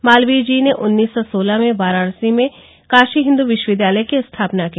मालवीय जी ने उन्नीस सौ सोलह में वाराणसी में काशी हिन्दू विश्वविद्यालय की स्थापना की